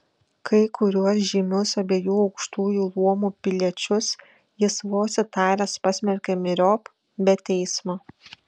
kai kuriuos žymius abiejų aukštųjų luomų piliečius jis vos įtaręs pasmerkė myriop be teismo